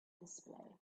display